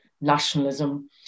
nationalism